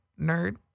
nerd